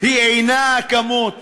היא אינה הכמות,